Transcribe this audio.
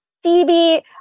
Stevie